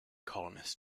colonists